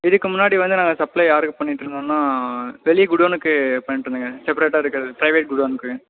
இதுக்கு முன்னாடி வந்து நாங்கள் சப்ளை யாருக்கு பண்ணிகிட்டு இருந்தோம்னா வெளி குடோனுக்கு பண்ணிகிட்டு இருந்தேங்க செப்ரேட்டாக எடுக்கறது ப்ரைவேட் குடோனுக்கு